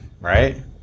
right